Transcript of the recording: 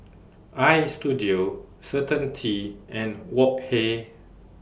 Istudio Certainty and Wok Hey